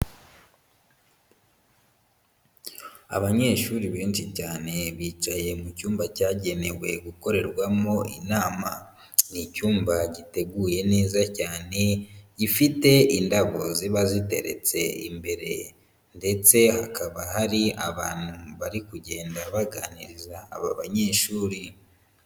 Abanyeshuri benshi cyane bicaye mu cyumba cyagenewe gukorerwamo inama. Ni icyumba giteguye neza cyane, gifite indabo ziba ziteretse imbere ndetse hakaba hari abantu bari kugenda baganiriza aba banyeshuri.